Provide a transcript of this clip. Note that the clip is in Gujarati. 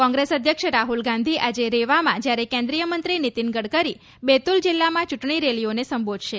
કોંગ્રેસના અધ્યક્ષ રાહુલ ગાંધી આજે રેવામાં જ્યારે કેન્દ્રીય મંત્રી નીતિન ગડકરી બેતુલ જિલ્લામાં ચૂંટણી રેલીઓને સંબોધશે